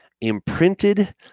imprinted